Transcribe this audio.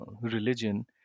religion